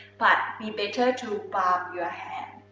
but be better to palm your hand.